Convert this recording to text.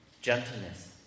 gentleness